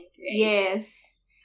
Yes